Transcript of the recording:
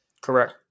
Correct